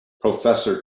professor